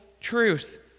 truth